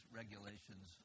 regulations